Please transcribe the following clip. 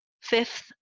Fifth